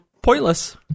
pointless